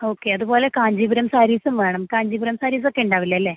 okay അതുപോലെ കാഞ്ചീപുരം സാരീസും വേണം കാഞ്ചീപുരം സാരീസൊക്കെ ഉണ്ടാവില്ലെ അല്ലേ